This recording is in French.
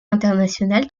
international